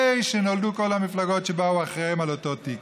שנולדו כל המפלגות שבאו אחריהן על אותו טיקט.